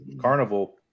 carnival